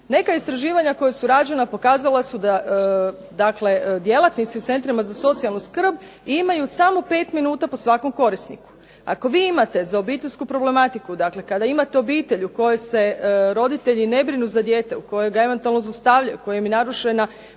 Neka istraživanja koja su rađena pokazali su da djelatnici u centrima za socijalnu skrb imaju samo pet minuta po svakom korisniku. Ako vi imate za obiteljsku problematiku, dakle kada imate obitelj u kojoj se roditelji ne brinu za dijete, u kojem ga eventualno zlostavljaju, u kojem je narušena